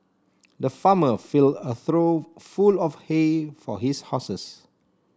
the farmer filled a trough full of hay for his horses